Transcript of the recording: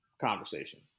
conversation